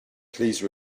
please